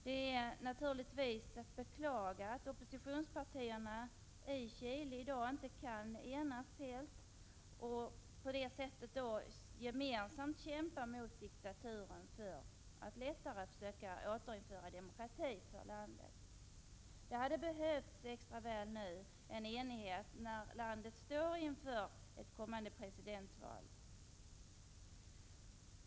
Det är naturligtvis att beklaga att oppositionspartierna i Chile inte kan enas helt i dag och därigenom gemensamt kämpa mot diktaturen, för att försöka återinföra demokrati i landet. Det hade behövts en enighet extra väl nu, när landet står inför ett kommande presidentval.